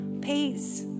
peace